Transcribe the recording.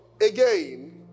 again